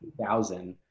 2000